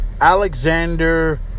Alexander